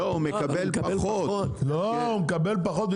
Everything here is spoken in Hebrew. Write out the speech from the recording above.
לא, הוא מקבל פחות.